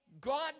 God